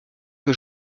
que